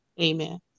Amen